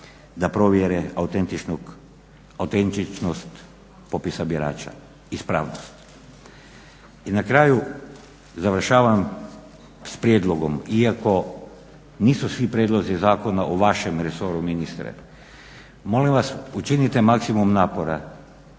da provjere autentičnost popisa birača i … I na kraju završavam s prijedlogom, iako nisu svi prijedlozi zakona o vašem resoru ministre. Molim vas učinite maksimum napora